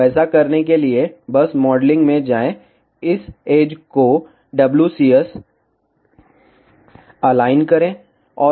तो ऐसा करने के लिए बस मॉडलिंग में जाएं इस एज को WCS अलाइन करें